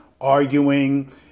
arguing